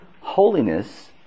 Holiness